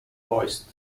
voiced